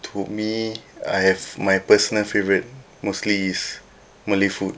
to me I have my personal favourite mostly is malay food